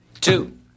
Two